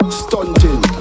stunting